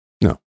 No